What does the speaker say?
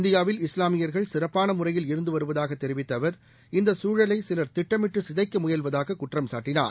இந்தியாவில்இஸ்லாமியர்கள்சிறப்பானமுறையில்இருந்துவருவதாகத்தெரி வித்தஅவர்இந்தச்சூழலைசிலர்திட்டமிட்டுசிதைக்கமுயல்வதாககுற்றம்சாட்டினார்